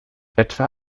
etwa